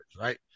right